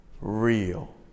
real